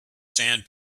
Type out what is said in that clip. sand